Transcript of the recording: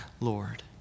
Lord